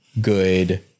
good